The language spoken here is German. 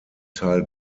teil